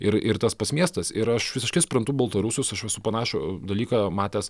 ir ir tas pats miestas ir aš visiškai suprantu baltarusius aš esu panašų dalyką matęs